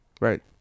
Right